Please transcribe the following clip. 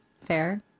Fair